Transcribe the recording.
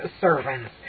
servants